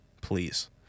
please